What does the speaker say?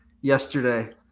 yesterday